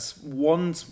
one